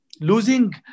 losing